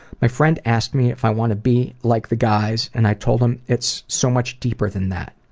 my friend asked me if i want to be like the guys and i told him it's so much deeper than that.